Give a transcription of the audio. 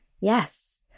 Yes